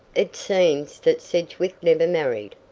it seems that sedgwick never married.